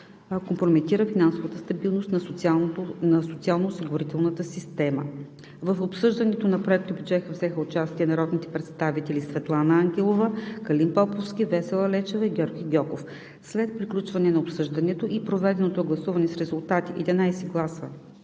компрометира финансовата стабилност на социално-осигурителната система. В обсъждането на Проектобюджета взеха участие народните представители Светлана Ангелова, Калин Поповски, Весела Лечева и Георги Гьоков. След приключване на обсъждането и проведеното гласуване с резултати: 11 гласа